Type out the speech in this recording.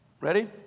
Ready